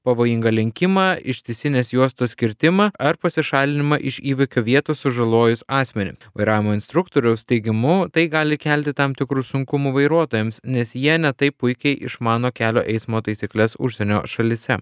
pavojingą lenkimą ištisinės juostos kirtimą ar pasišalinimą iš įvykio vietos sužalojus asmenį vairavimo instruktoriaus teigimu tai gali kelti tam tikrų sunkumų vairuotojams nes jie ne taip puikiai išmano kelio eismo taisykles užsienio šalyse